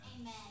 Amen